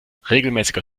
regelmäßiger